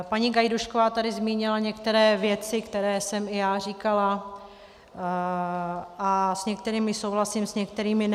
Paní Gajdůšková tady zmínila některé věci, které jsem i já říkala, a s některými souhlasím, s některými ne.